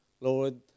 Lord